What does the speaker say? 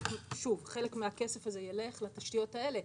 חלקם דברים שהמשרד עושה שינוי כיוון בעניינם.